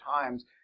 times